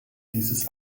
dieses